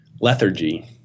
lethargy